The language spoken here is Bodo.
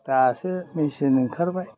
दासो मेचिन ओंखारबाय